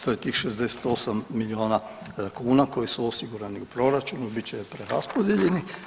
To je tih 68 milijuna kuna koji su osigurani u proračunu, bit će preraspodijeljeni.